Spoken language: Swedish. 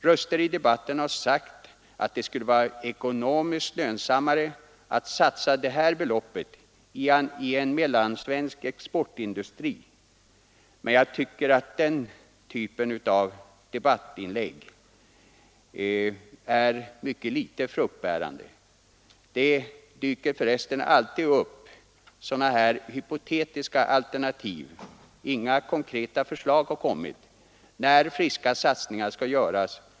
Röster i debatten har sagt att det skulle vara ekonomiskt lönsammare att satsa detta belopp i en mellansvensk exportindustri, men jag tycker att den typen av debattinlägg är föga fruktbärande. Det dyker för resten alltid upp sådana hypotetiska alternativ — inga konkreta förslag har dock framställts — när friska satsningar skall göras.